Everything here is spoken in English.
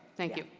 thank you.